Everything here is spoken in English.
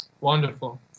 Wonderful